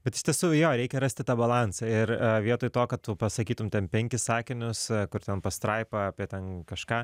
bet iš tiesų jo reikia rasti tą balansą ir vietoj to kad tu pasakytum ten penkis sakinius kur ten pastraipa apie ten kažką